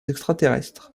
extraterrestres